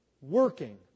working